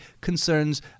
concerns